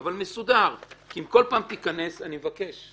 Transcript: אבל מסודר כי אם כל פעם תיכנס - אני מבקש.